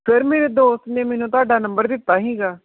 sir ਮੇਰੇ ਦੋਸਤ ਨੇ ਮੈਨੂੰ ਤੁਹਾਡਾ ਨੰਬਰ ਦਿੱਤਾ ਸੀਗਾ